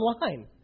line